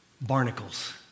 barnacles